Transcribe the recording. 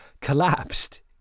collapsed